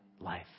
life